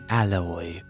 alloy